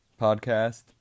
podcast